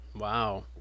Wow